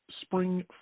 spring